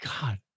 God